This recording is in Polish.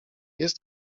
jest